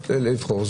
לבחור,